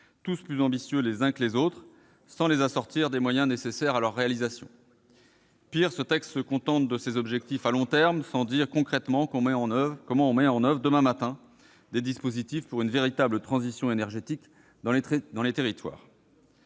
tous plus ambitieux les uns que les autres sans les assortir des moyens nécessaires à leur réalisation. Pis, il se contente de ces objectifs à long terme, sans dire concrètement comment mettre en oeuvre, demain matin, des dispositifs pour une véritable transition énergétique dans les territoires.